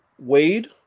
Wade